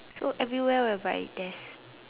so everywhere whereby there's